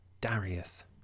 Darius